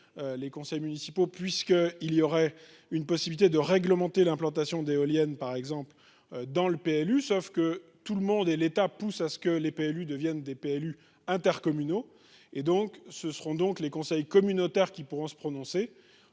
les conseils municipaux, puisqu'ils ont la possibilité de réglementer l'implantation d'éoliennes dans le PLU. Sauf que l'État pousse à ce que les PLU deviennent des PLU intercommunaux. Ce seront donc les conseils communautaires qui pourront se prononcer.